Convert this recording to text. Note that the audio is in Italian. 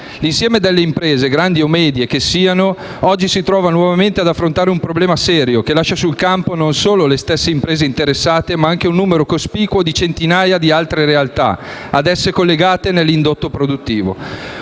L'insieme delle imprese, grandi o medie che siano, oggi si trova nuovamente ad affrontare un problema serio che lascia sul campo non solo le stesse imprese interessate, ma anche un numero cospicuo di centinaia di altre realtà ad esse collegate nell'indotto produttivo,